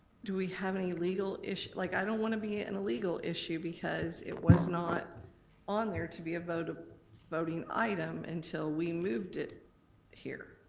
do we have any legal issue? like i don't wanna be in and a legal issue because it was not on there to be a voting voting item until we moved it here.